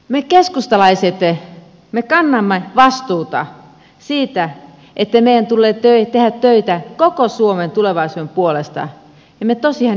me keskustalaiset kannamme vastuuta siitä että meidän tulee tehdä töitä koko suomen tulevaisuuden puolesta ja me tosiaan yritämme tehdä sen